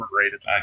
overrated